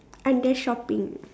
under shopping